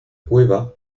cueva